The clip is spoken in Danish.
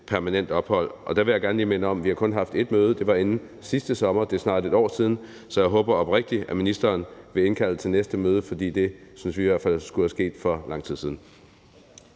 permanent ophold. Og der vil jeg gerne lige minde om, at vi kun har haft ét møde – det var inden sidste sommer, og det er snart et år siden, så jeg håber oprigtigt, at ministeren vil indkalde til næste møde. For det synes vi i hvert fald skulle være sket for lang tid siden.